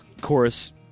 Chorus